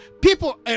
people